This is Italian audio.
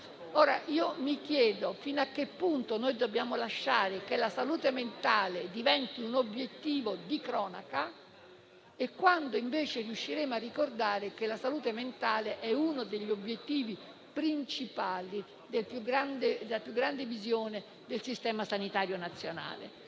persone. Mi chiedo fino a che punto dobbiamo lasciare che la salute mentale diventi un obiettivo di cronaca e quando, invece, riusciremo a ricordare che è uno degli obiettivi principali della più grande visione del Sistema sanitario nazionale.